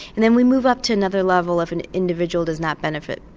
and then we move up to another level if an individual does not benefit,